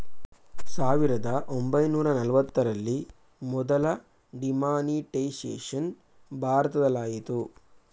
ಸಾವಿರದ ಒಂಬೈನೂರ ನಲವತ್ತರಲ್ಲಿ ಮೊದಲ ಡಿಮಾನಿಟೈಸೇಷನ್ ಭಾರತದಲಾಯಿತು